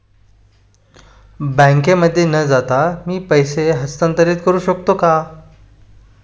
बँकेमध्ये न जाता मी पैसे हस्तांतरित करू शकतो का?